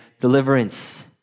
deliverance